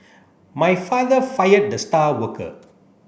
my father fired the star worker